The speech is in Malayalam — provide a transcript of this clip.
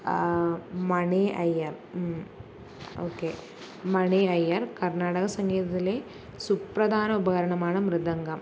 മണി അയ്യർ ഓക്കേ മണി അയ്യർ കർണ്ണാടക സംഗീതത്തിലെ സുപ്രധാന ഉപകരണമാണ് മൃതംഗം